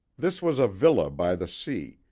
this was a villa by the sea,